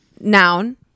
noun